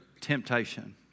temptation